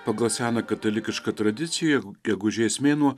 pagal seną katalikišką tradiciją gegužės mėnuo